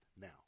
now